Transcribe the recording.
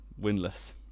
winless